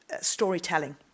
storytelling